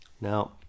now